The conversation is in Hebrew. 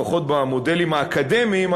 לפחות במודלים האקדמיים,